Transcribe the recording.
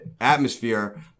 atmosphere